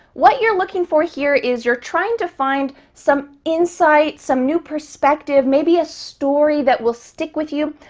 what you're looking for here is, you're trying to find some insight, some new perspective, maybe a story that will stick with you.